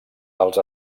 els